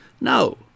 No